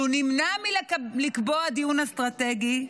שהוא נמנע לקבוע דיון אסטרטגי,